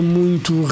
muito